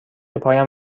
پایم